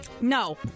No